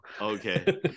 Okay